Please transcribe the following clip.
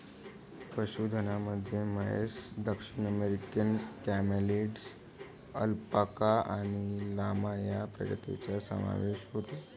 पशुधनामध्ये म्हैस, दक्षिण अमेरिकन कॅमेलिड्स, अल्पाका आणि लामा या प्रजातींचा समावेश होतो